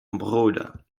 brüder